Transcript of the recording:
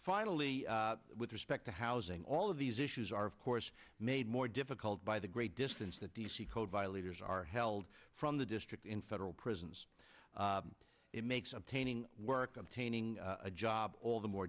finally with respect to housing all of these issues are of course made more difficult by the great distance that the c code violators are held from the district in federal prisons it makes obtaining work obtaining a job all the more